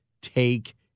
take